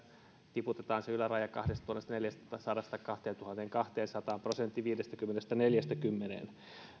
tiputetaan se yläraja kahdestatuhannestaneljästäsadasta kahteentuhanteenkahteensataan prosentti viidestäkymmenestä neljäänkymmeneen